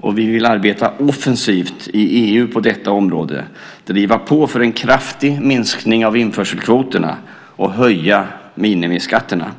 och vi vill arbeta offensivt i EU på detta område - driva på för en kraftig minskning av införselkvoterna och höja minimiskatterna.